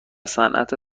صنعت